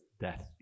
death